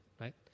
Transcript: right